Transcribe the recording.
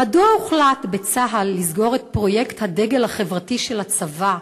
מדוע הוחלט בצה"ל לסגור את פרויקט הדגל החברתי של הצבא,